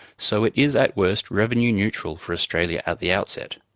so it is at worst revenue neutral for australia at the outset.